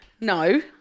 no